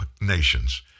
nations